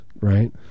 right